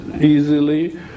easily